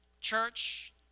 church